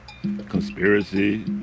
conspiracy